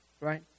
Right